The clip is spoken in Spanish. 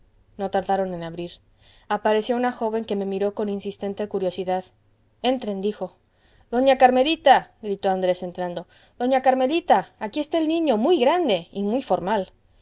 no tardaron en abrir apareció una joven que me miró con insistente curiosidad entren dijo doña carmelita gritó andrés entrando doña carmelita aquí está el niño muy grande y muy formal